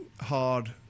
hard